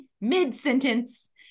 mid-sentence